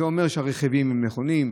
זה אומר שהרכיבים הם נכונים,